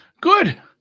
good